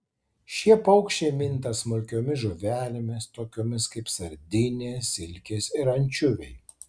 šie paukščiai minta smulkiomis žuvelėmis tokiomis kaip sardinės silkės ir ančiuviai